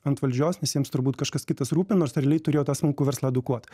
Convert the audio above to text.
ant valdžios nes jiems turbūt kažkas kitas rūpinos realiai turėjo tą smulkų verslą edukuot